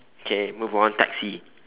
K move on taxi